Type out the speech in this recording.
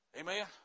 Amen